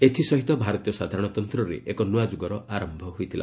ଏଥିସହିତ ଭାରତୀୟ ସାଧାରଣତନ୍ତରେ ଏକ ନୂଆ ଯୁଗର ଆରମ୍ଭ ହୋଇଥିଲା